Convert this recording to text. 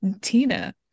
Tina